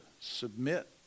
submit